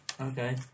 Okay